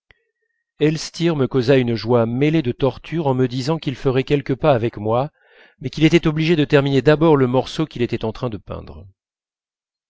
elstir me causa une joie mêlée de torture en me disant qu'il ferait quelques pas avec moi mais qu'il était obligé de terminer d'abord le morceau qu'il était en train de peindre